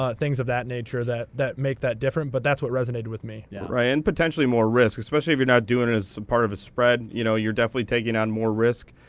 things of that nature that that make that different. but that's what resonated with me. yeah right, and potentially more risk. especially if you're not doing it as part of a spread, you know you're definitely taking on more risk.